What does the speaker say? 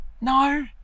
no